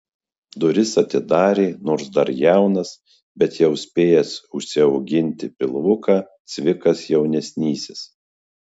duris atidarė nors dar jaunas bet jau spėjęs užsiauginti pilvuką cvikas jaunesnysis